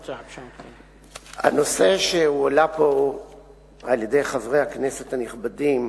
הנושא שהעלו פה חברי הכנסת הנכבדים